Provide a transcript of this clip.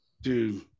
Dude